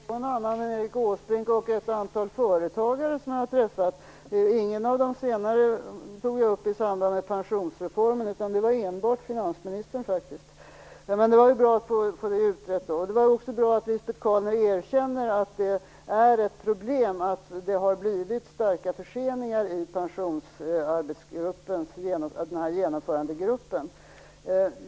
Fru talman! Jag tror inte att jag hänvisade till någon annan än Erik Åsbrink och ett antal företagare som jag har träffat. Ingen av de senare tog jag upp i samband med pensionsreformen. Det var enbart finansministern. Men det var ju bra att få det utrett. Det var också bra att Lisbet Calner erkänner att de stora förseningarna i genomförandegruppen är ett problem.